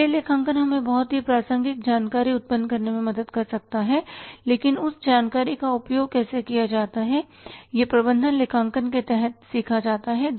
वित्तीय लेखांकन हमें बहुत प्रासंगिक जानकारी उत्पन्न करने में मदद कर सकता है लेकिन उस जानकारी का उपयोग कैसे किया जाता है यह प्रबंधन लेखांकन के तहत सीखा जाता है